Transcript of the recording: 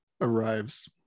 arrives